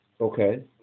Okay